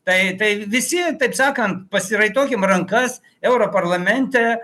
tai tai visi taip sakant pasiraitokim rankas europarlamente